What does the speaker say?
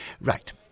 Right